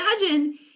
imagine